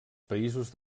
països